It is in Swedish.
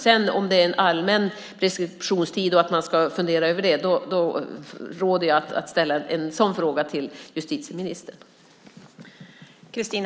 Om det sedan gäller allmän preskriptionstid och att man ska fundera på det är mitt råd att ställa en sådan fråga till justitieministern.